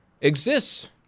exists